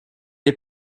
est